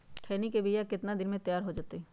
खैनी के बिया कितना दिन मे तैयार हो जताइए?